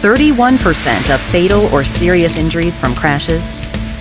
thirty one percent of fatal or serious injuries from crashes